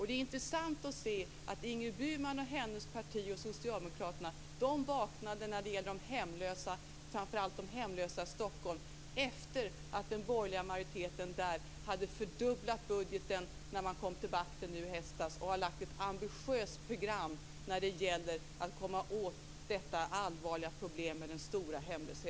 Det är intressant att se att Ingrid Burman och hennes parti och socialdemokraterna vaknade när det gällde de hemlösa framför allt i Stockholm efter det att den borgerliga majoriteten där, när den kom till makten i höstas, hade fördubblat budgeten. Den borgerliga majoriteten har lagt fram ett ambitiöst program när det gäller att komma åt det allvarliga och omfattande problemet med de hemlösa.